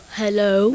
hello